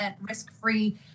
risk-free